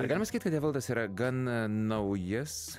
ar galima sakyt kad evaldas yra gan naujas